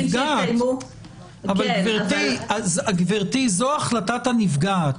אבל גברתי, זו החלטת הנפגעת.